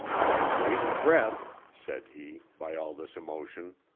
you waste breath, said he, by all this emotion.